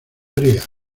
brea